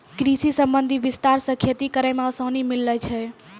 कृषि संबंधी विस्तार से खेती करै मे आसानी मिल्लै छै